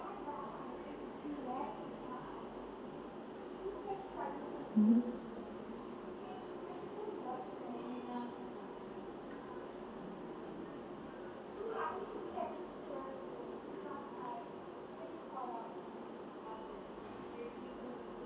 mmhmm